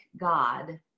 god